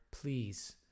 Please